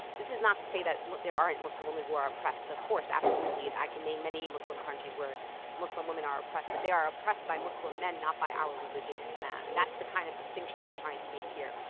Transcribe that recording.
this is not to say that there aren't muslim women who are oppressed. of course. absolutely. i can name many muslim countries where muslim women are oppressed. but they are oppressed by muslim men, not by our religion, islam and that's the kind of distinction i'm trying to make here.